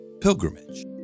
Pilgrimage